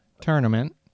tournament